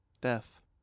Death